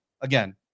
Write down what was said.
again